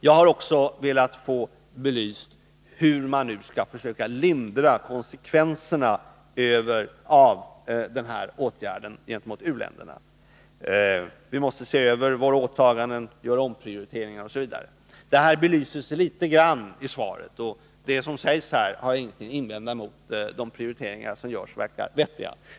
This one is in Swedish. Jag har också velat få belyst hur man kan försöka lindra konsekvenserna av den här åtgärden för u-länderna. Vi måste se över våra åtaganden, göra omprioriteringar osv. Detta belyses litet grand i svaret. Det som där sägs har jagingenting att invända mot; de prioriteringar som görs verkar vettiga.